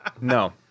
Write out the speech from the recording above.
no